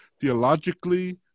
theologically